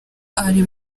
ari